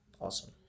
awesome